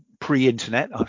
pre-internet